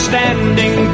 Standing